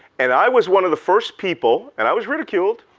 and i was one of the first people and i was ridiculed,